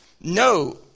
No